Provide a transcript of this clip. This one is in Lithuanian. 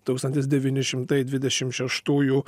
tūkstantis devyni šimtai dvidešimt šeštųjų